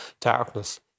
darkness